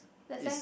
is